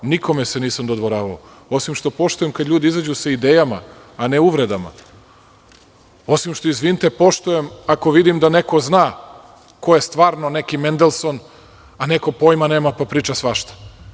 Nikome se nisam dodvoravao, osim što poštujem kada ljudi izađu sa idejama, a ne uvredama, osim što, izvinite, poštujem ako vidim da neko zna ko je stvarno neki Mendelson, a neko pojma nema pa priča svašta.